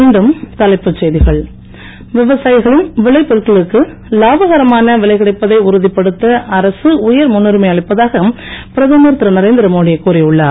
மீண்டும் தலைப்புச் செய்திகள் விவசாயிகளின் விளைபொருட்களுக்கு இலாபகரமான விலை கிடைப்பதை உறுதிப்படுத்த அரக உயர் முன்னுரிமை அளிப்பதாக பிரதமர் திருநரேந்திரமோடி கூறியுன்னார்